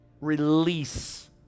release